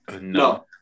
No